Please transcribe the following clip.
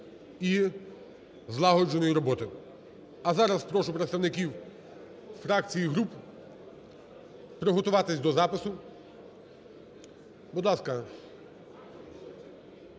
і злагодженої роботи. А зараз прошу представників фракцій і груп приготуватись до запису. Будь ласка,